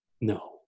No